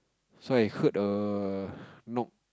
so I heard a knock